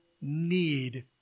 need